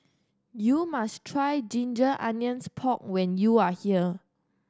you must try ginger onions pork when you are here